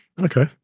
Okay